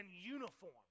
uniform